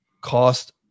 cost